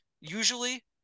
Usually